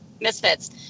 Misfits